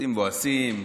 יוצאים מבואסים: